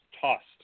tossed